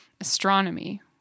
astronomy